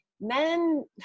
Men